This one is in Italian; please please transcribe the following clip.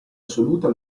assoluta